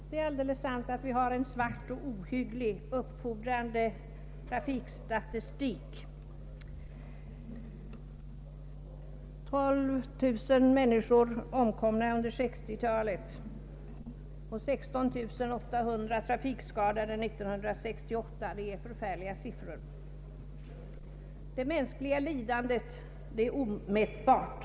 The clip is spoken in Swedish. Herr talman! Det är sant att vi har en svart, ohygglig och uppfordrande trafikstatistik — 12 000 människor omkomna under 1960-talet och 16 800 trafikskadade år 1968. Det är förfärliga siffror. Det mänskliga lidandet är omätbart.